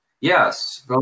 yes